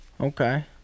Okay